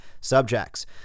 subjects